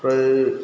फ्राय